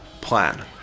plan